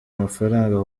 amafaranga